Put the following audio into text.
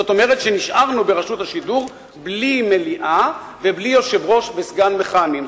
זאת אומרת שנשארנו ברשות השידור בלי מליאה ובלי יושב-ראש וסגן מכהנים.